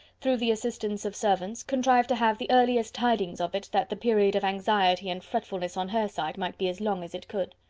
through the assistance of servants, contrived to have the earliest tidings of it, that the period of anxiety and fretfulness on her side might be as long as it could.